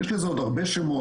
יש לזה עוד הרבה שמות,